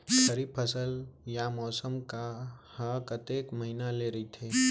खरीफ फसल या मौसम हा कतेक महिना ले रहिथे?